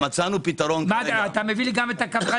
אתה מביא לי גם את הקברנים?